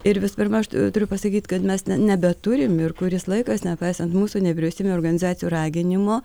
ir visų pirma aš turiu pasakyt kad mes nebeturim ir kuris laikas nepaisant mūsų nevyriausybinių organizacijų raginimo